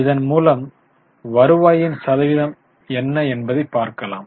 இதன் மூலம் வருவாயின் சதவீதம் என்ன என்பதைப் பார்க்கலாம்